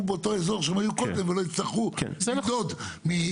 באותו אזור שהם היו קודם ולא יצטרכו לנדוד מתוכנית